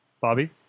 Bobby